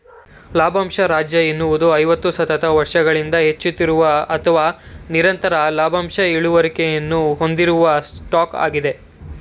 ಲಾಭಂಶ ರಾಜ ಎನ್ನುವುದು ಐವತ್ತು ಸತತ ವರ್ಷಗಳಿಂದ ಹೆಚ್ಚುತ್ತಿರುವ ಅಥವಾ ನಿರಂತರ ಲಾಭಾಂಶ ಇಳುವರಿಯನ್ನ ಹೊಂದಿರುವ ಸ್ಟಾಕ್ ಆಗಿದೆ